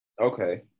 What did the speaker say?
Okay